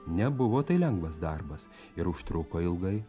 nebuvo tai lengvas darbas ir užtruko ilgai